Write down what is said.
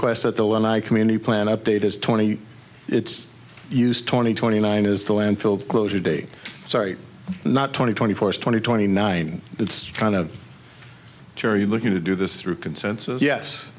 i community plant update is twenty it's used twenty twenty nine is the landfill closure date sorry not twenty twenty four twenty twenty nine it's kind of terry looking to do this through consensus yes